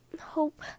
Hope